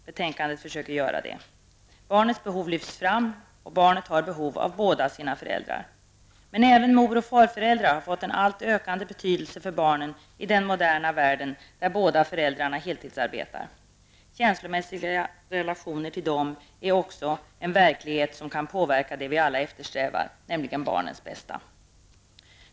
Betänkandet försöker göra det. Barnets behov lyfts fram, och barnet har behov av båda sina föräldrar. Men även mor och farföräldrar har fått en alltmer ökande betydelse för barnen i den moderna världen där båda föräldrarna heltidsarbetar. Känslomässiga relationer till mor och farföräldrarna är också en verklighet som kan påverka det vi alla eftersträvar, nämligen barnens bästa.